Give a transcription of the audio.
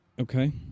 Okay